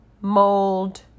mold